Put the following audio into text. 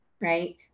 right